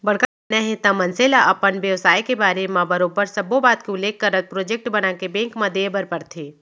बड़का करजा लेना हे त मनसे ल अपन बेवसाय के बारे म बरोबर सब्बो बात के उल्लेख करत प्रोजेक्ट बनाके बेंक म देय बर परथे